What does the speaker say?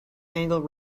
angle